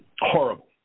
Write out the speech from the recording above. Horrible